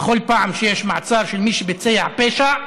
בכל פעם שיש מעצר של מי שביצע פשע,